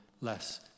less